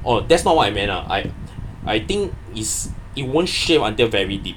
orh that's not what I meant ah I I think is it won't shave until very deep